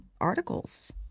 articles